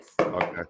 Okay